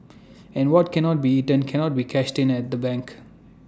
and what cannot be eaten cannot be cashed in at the bank